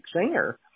singer